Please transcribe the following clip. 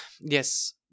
yes